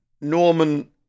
Norman